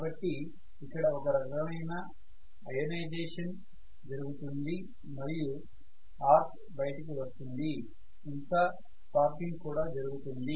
కాబట్టి ఇక్కడ ఒక రకమైన అయోనైజేషన్ జరుగుతుంది మరియు ఆర్క్ బయటకు వస్తుంది ఇంకా స్పార్కింగ్ కూడా జరుగుతుంది